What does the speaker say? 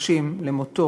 שלושים למותו